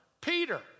Peter